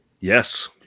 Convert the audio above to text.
yes